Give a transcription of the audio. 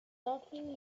often